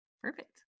perfect